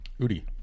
Udi